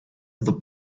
the